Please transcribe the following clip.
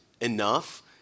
Enough